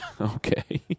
Okay